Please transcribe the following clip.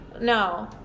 No